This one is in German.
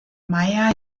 meyer